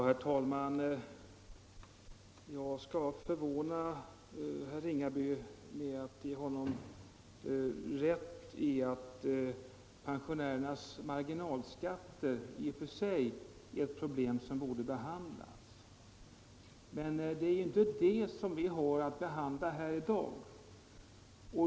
Herr talman! Jag skall förvåna herr Ringaby med att ge honom rätt i att pensionärernas marginalskatter i och för sig är ett problem som borde tas upp, men det är ju inte det som vi har att behandla nu.